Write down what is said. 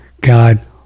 God